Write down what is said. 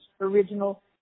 original